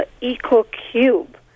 eco-cube